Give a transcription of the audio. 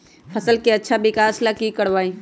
फसल के अच्छा विकास ला की करवाई?